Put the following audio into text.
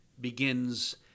begins